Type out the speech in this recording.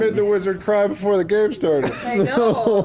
the wizard cry before the game started.